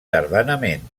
tardanament